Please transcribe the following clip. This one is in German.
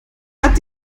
hat